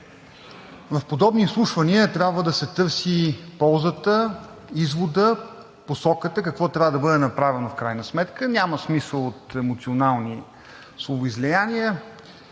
В подобни изслушвания трябва да се търси ползата, извода, посоката – какво трябва да бъде направено в крайна сметка. Няма смисъл от емоционални словоизлияния.